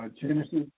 Genesis